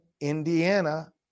Indiana